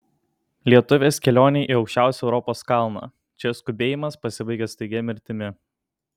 lietuvės kelionė į aukščiausią europos kalną čia skubėjimas pasibaigia staigia mirtimi